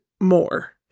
more